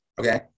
Okay